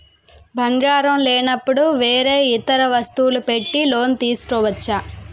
బంగారం లేనపుడు వేరే ఇతర వస్తువులు పెట్టి లోన్ తీసుకోవచ్చా?